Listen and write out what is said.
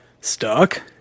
stuck